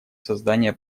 создания